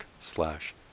slash